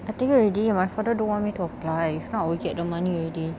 I think already my father don't want me to apply if not I will get the money already